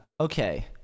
Okay